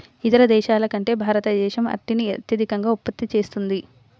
ఇతర దేశాల కంటే భారతదేశం అరటిని అత్యధికంగా ఉత్పత్తి చేస్తుంది